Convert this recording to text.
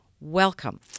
Welcome